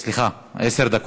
סליחה, עשר דקות.